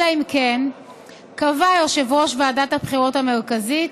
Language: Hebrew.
אלא אם כן קבע יושב-ראש ועדת הבחירות המרכזית